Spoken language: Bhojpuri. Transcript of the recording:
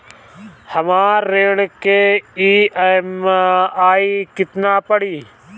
हमर ऋण के ई.एम.आई केतना पड़ी?